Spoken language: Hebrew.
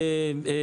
את